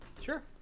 Sure